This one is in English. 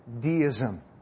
deism